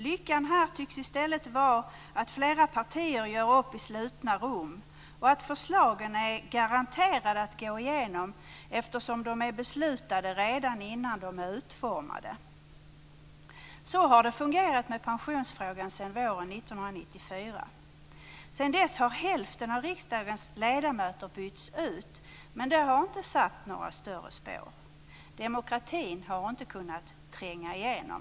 Lyckan här tycks i stället vara att flera partier gör upp i slutna rum och att förslagen är garanterade att gå igenom, eftersom de är beslutade redan innan de är utformade. Så har det fungerat med pensionsfrågan sedan våren 1994. Sedan dess har hälften av riksdagens ledamöter bytts ut, men det har inte satt några spår. Demokratin har inte kunnat tränga igenom.